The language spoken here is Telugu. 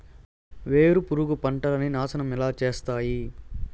వేరుపురుగు పంటలని నాశనం ఎలా చేస్తాయి?